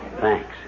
Thanks